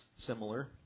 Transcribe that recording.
similar